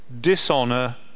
dishonor